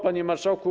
Panie Marszałku!